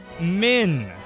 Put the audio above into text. Min